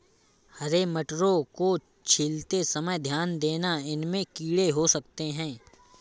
हरे मटरों को छीलते समय ध्यान देना, इनमें कीड़े हो सकते हैं